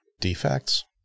defects